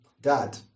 Dad